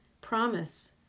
promise